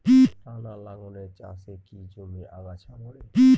টানা লাঙ্গলের চাষে কি জমির আগাছা মরে?